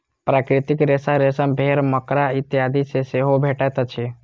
प्राकृतिक रेशा रेशम, भेंड़, मकड़ा इत्यादि सॅ सेहो भेटैत अछि